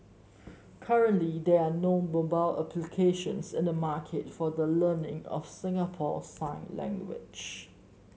currently there are no mobile applications in the market for the learning of Singapore sign language